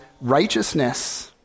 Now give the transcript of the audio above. righteousness